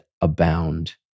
abound